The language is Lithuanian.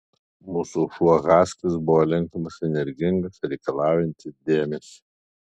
mūsų šuo haskis buvo linksmas energingas reikalaujantis dėmesio